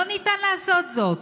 לא ניתן לעשות זאת,